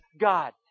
God